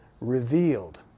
revealed